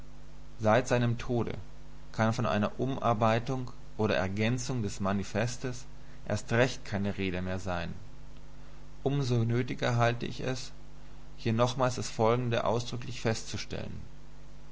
seit seinem tode kann von einer umarbeitung oder ergänzung des manifestes erst recht keine rede mehr sein für um so nötiger halte ich es hier nochmals das folgende ausdrücklich festzustellen